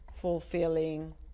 fulfilling